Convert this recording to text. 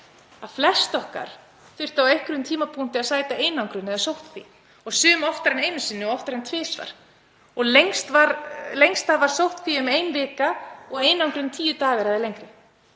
að flest okkar þurftum á einhverjum tímapunkti að sæta einangrun eða sóttkví og sum oftar en einu sinni og oftar en tvisvar og lengst af var sóttkví um ein vika og einangrun tíu dagar eða lengri.